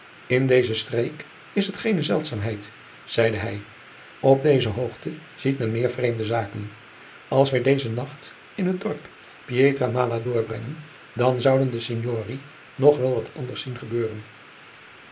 in deze streek is het geene zeldzaamheid zeide hij op deze hoogte ziet men meer vreemde zaken als wij dezen nacht in het dorp pietra mala doorbrengen dan zouden de signori nog wel wat anders zien gebeuren